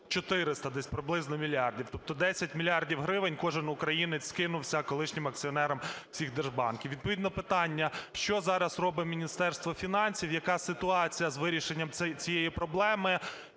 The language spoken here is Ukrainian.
400 десь приблизно мільярдів, тобто 10 мільярдів гривень кожен українець скинувся колишнім акціонерам всіх держбанків. Відповідно питання. Що зараз робить Міністерство фінансів? Яка ситуація із вирішенням цієї проблеми?